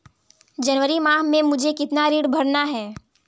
जनवरी माह में मुझे कितना ऋण भरना है?